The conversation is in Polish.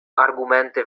argumenty